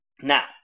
Now